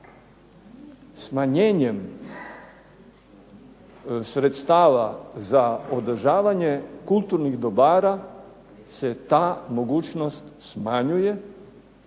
Smanjenjem sredstava za održavanje kulturnih dobara se ta mogućnost smanjuje,